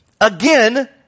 Again